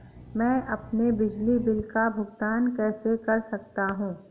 मैं अपने बिजली बिल का भुगतान कैसे कर सकता हूँ?